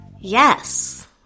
Yes